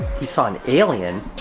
he saw an alien?